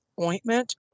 ointment